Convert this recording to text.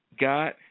God